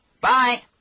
Bye